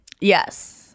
Yes